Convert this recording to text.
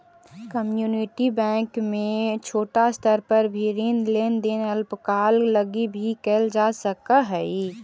community bank में छोटा स्तर पर भी ऋण लेन देन अल्पकाल लगी भी कैल जा सकऽ हइ